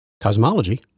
Cosmology